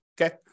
Okay